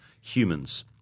Humans